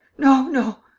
no, no!